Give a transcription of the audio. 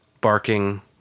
barking